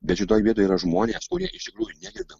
bet šitoj vietoj yra žmonės kurie iš tikrųjų negerbia